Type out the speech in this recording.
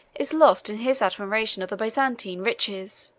is lost in his admiration of the byzantine riches.